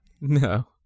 No